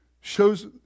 shows